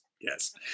yes